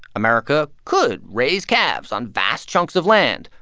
america could raise calves on vast chunks of land,